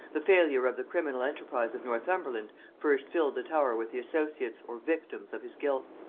the failure of the criminal enterprise of northumberland first filled the tower with the associates, or victims, of his guilt.